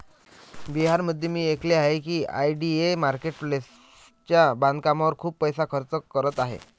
बिहारमध्ये मी ऐकले आहे की आय.डी.ए मार्केट प्लेसच्या बांधकामावर खूप पैसा खर्च करत आहे